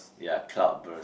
ya cloud burst